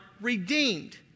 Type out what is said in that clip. redeemed